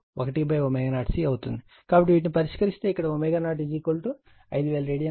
కాబట్టి వీటిని పరిష్కరిస్తే ఇక్కడ ω0 5000 రేడియన్ సెకను ఇవ్వబడింది